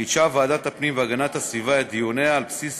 חידשה ועדת הפנים והגנת הסביבה את דיוניה על בסיס